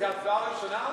זו הצבעה ראשונה?